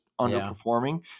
underperforming